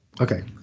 Okay